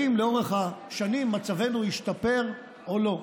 אם לאורך השנים מצבנו ישתפר או לא.